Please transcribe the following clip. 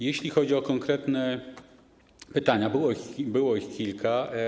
Jeśli chodzi o konkretne pytania, to było ich kilka.